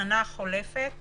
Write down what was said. בשנה החולפת